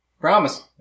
Promise